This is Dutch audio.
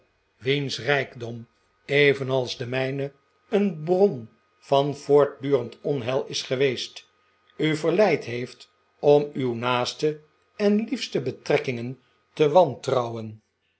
wiens rijkdom evenals de mijne een bron van voortdurend onheil is geweest u verleid heeft om uw naaste en liefste betrekkingen te wantrouwen